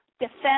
defend